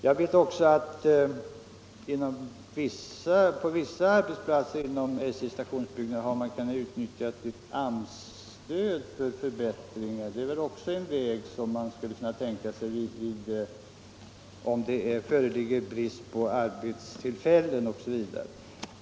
Jag vet också att man på vissa arbetsplatser inom SJ:s stationsbyggnader har kunnat utnyttja ett AMS-stöd för förbättringar. Det är väl också en väg som borde kunna tänkas, om det föreligger brist på arbetstillfällen.